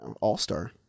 All-star